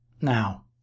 Now